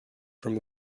from